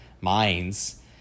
minds